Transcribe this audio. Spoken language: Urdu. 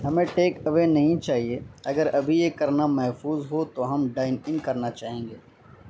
ہمیں ٹیک اوے نہیں چاہیے اگر ابھی یہ کرنا محفوظ ہو تو ہم بینکنگ کرنا چاہیں گے